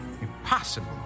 Impossible